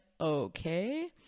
okay